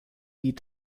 wie